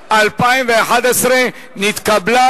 התשע"א 2011, נתקבל.